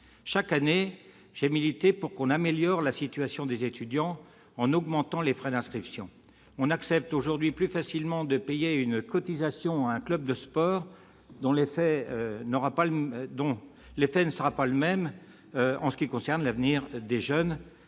après année, je milite pour que l'on améliore la situation des étudiants, en augmentant les frais d'inscription. On accepte aujourd'hui plus facilement de payer une cotisation à un club de sport, dont l'effet ne sera pas le même sur l'avenir des jeunes